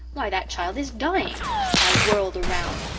why, that child is dying i whirled around.